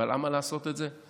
אבל למה לעשות את זה,